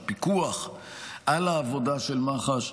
הפיקוח על העבודה של מח"ש.